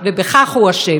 ובכך הוא אשם.